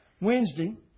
Wednesday